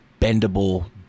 bendable